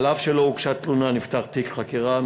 אף שלא הוגשה תלונה נפתח תיק חקירה,